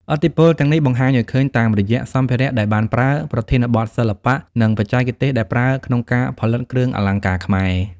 ឥទ្ធិពលទាំងនេះបង្ហាញឱ្យឃើញតាមរយៈសម្ភារៈដែលបានប្រើ ប្រធានបទសិល្បៈ និងបច្ចេកទេសដែលប្រើក្នុងការផលិតគ្រឿងអលង្ការខ្មែរ។